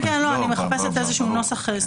אני מחפשת נוסח.